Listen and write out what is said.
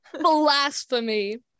Blasphemy